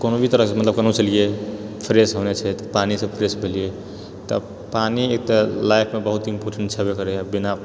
कोनो भी तरहसँ मतलब केनहोसँ एलिऐ फ्रेश होना छै तऽ पानिसँ फ्रेश भेलिऐ तऽ पानि एते लाइफमे बहुत इम्पोर्टेन्ट छेबे करै बिना